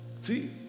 See